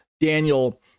Daniel